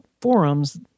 forums